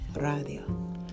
Radio